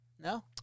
No